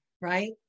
right